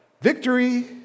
victory